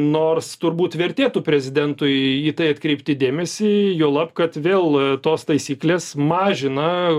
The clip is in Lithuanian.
nors turbūt vertėtų prezidentui į tai atkreipti dėmesį juolab kad vėl tos taisyklės mažina